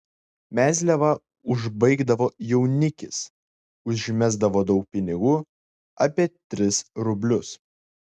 mezliavą užbaigdavo jaunikis užmesdavo daug pinigų apie tris rublius